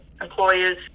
employers